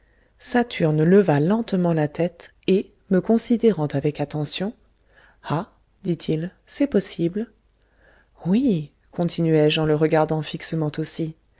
saturne leva lentement la tête et me considérant avec attention ah dit-il c'est possible oui continuai-je en le regardant fixement aussi